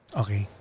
okay